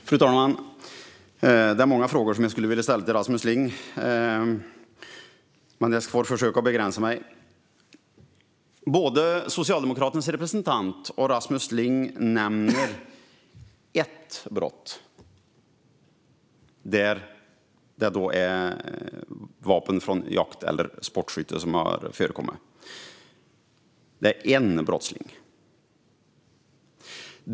Fru talman! Det är många frågor jag skulle vilja ställa till Rasmus Ling, men jag får försöka begränsa mig. Både Socialdemokraternas representant och Rasmus Ling nämner ett brott där vapen från jakt eller sportskytte har förekommit - en brottsling.